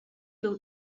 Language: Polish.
był